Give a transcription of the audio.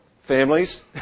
families